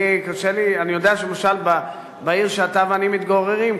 אני יודע שלמשל בעיר שאתה ואני מתגוררים,